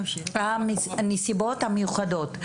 הנסיבות המיוחדות.